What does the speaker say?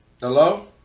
Hello